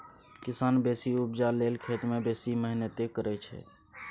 किसान बेसी उपजा लेल खेत मे बेसी मेहनति करय छै